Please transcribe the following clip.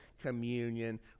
communion